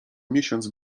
miesiąc